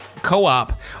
co-op